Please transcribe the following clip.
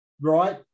right